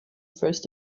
first